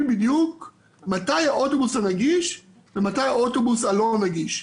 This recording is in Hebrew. בדיוק מתי האוטובוס הנגיש ומתי האוטובוס הלא נגיש.